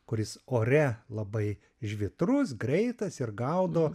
kuris ore labai žvitrus greitas ir gaudo